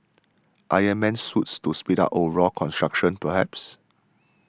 Iron Man Suits to speed up overall construction perhaps